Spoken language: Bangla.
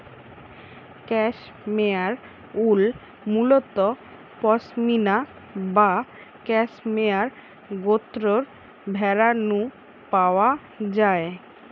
ক্যাশমেয়ার উল মুলত পসমিনা বা ক্যাশমেয়ার গোত্রর ভেড়া নু পাওয়া যায়